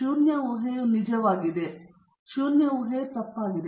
ಶೂನ್ಯ ಊಹೆಯು ನಿಜವಾಗಿದೆ ಶೂನ್ಯ ಊಹೆಯು ತಪ್ಪಾಗಿದೆ